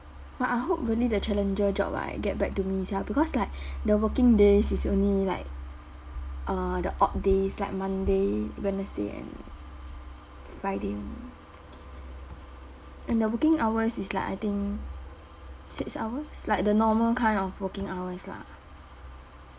but I hope really the challenger job right get back to me sia because like the working days is only like uh the odd days like monday wednesday and friday and the working hours is like I think six hours like the normal kind of working hours lah